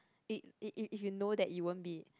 if you know that it won't be